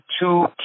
two